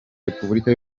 repuburika